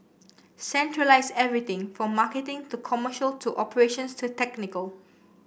centralise everything from marketing to commercial to operations to technical